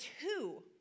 two